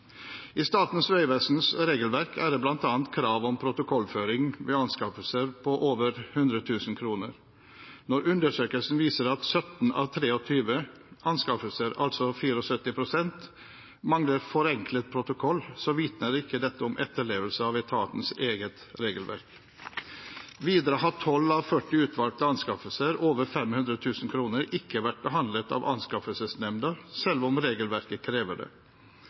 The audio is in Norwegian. I Statens vegvesens regelverk er det bl.a. krav om protokollføring ved anskaffelser på over 100 000 kr. Når undersøkelsen viser at 17 av 23 anskaffelser, altså 74 pst., mangler forenklet protokoll, så vitner ikke dette om etterlevelse av etatens eget regelverk. Videre har 12 av 40 utvalgte anskaffelser på over 500 000 kr ikke vært behandlet av anskaffelsesnemnda selv om regelverket krever det.